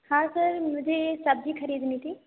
हाँ सर मुझे सब्जी खरीदनी थी